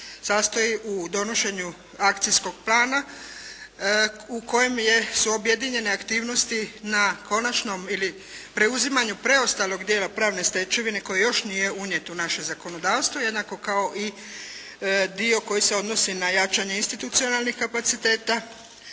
sastoji u donošenju akcijskog plana, u kojem je, su objedinjene aktivnosti na konačnom ili preuzimanju preostalog dijela pravne stečevine koji još nije unijet u naše zakonodavstvo jednako kao i dio koji se odnosi na jačanje institucionalnih kapaciteta.